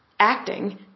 acting